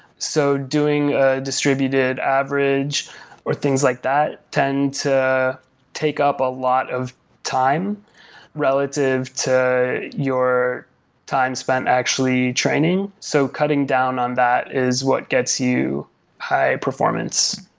so doing ah distributed average or things like that tend to take up a lot of time relative to your time spent actually training. so cutting down on that is what gets you high performance.